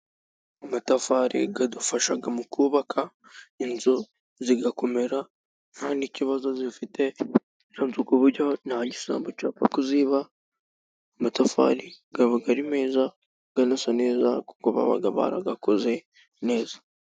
Amatafari adufasha mu kubaka inzu zigakomera, nta n'ikibazo zifite izo nzu ku buryo nta gisambo cyapfa kuziba, amatafari aba ari meza anasa neza kuko baba barayakoze neza.